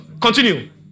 Continue